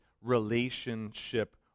relationship